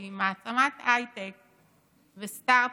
שהיא מעצמת הייטק וסטרטאפ,